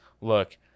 Look